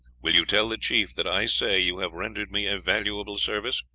will you tell the chief that i say you have rendered me a valuable service?